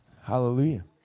Hallelujah